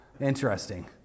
interesting